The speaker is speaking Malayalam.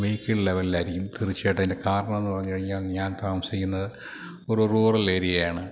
വെഹിക്കിൾ ലെവലിൽ ആയിരിക്കും തീർച്ചയായിട്ടും അതിൻ്റെ കാരണമെന്ന് പറഞ്ഞു കഴിഞ്ഞാൽ ഞാൻ താമസിക്കുന്നത് ഒരു റൂറൽ ഏരിയ ആണ്